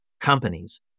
companies